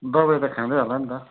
दबाई त खाँदै होला नि त